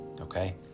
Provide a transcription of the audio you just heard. okay